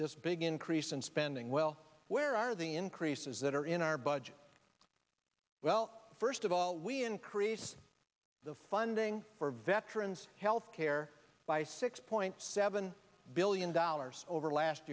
this big increase in spending well where are the increases that are in our budget well first of all we increase the funding for veterans health care by six point seven billion dollars over last